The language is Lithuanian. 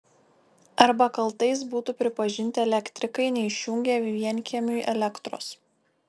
arba kaltais būtų pripažinti elektrikai neišjungę vienkiemiui elektros